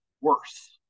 worse